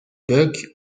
buck